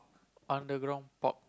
underground park